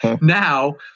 now